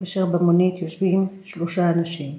‫אשר במונית יושבים שלושה אנשים.